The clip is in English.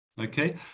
Okay